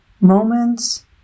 moments